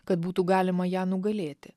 kad būtų galima ją nugalėti